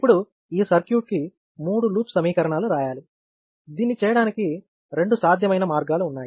ఇప్పుడు ఈ సర్క్యూట్ కి మూడు లూప్ సమీకరణాలు రాయాలి దీన్ని చేయడానికి రెండు సాధ్యమైన మార్గాలు ఉన్నాయి